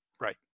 Right